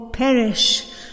Perish